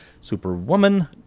Superwoman